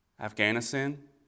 Afghanistan